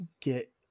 get